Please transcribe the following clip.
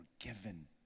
forgiven